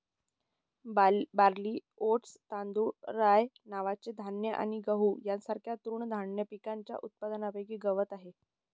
barley, oats, तांदूळ, राय नावाचे धान्य आणि गहू यांसारख्या तृणधान्य पिकांच्या उत्पादनापैकी गवत आहे